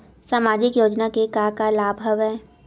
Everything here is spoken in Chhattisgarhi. सामाजिक योजना के का का लाभ हवय?